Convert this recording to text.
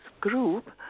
group